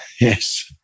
Yes